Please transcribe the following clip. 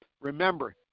remember